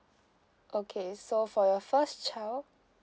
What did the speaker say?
okay so for your first child